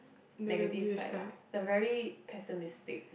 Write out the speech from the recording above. negative side lah the very pessimistic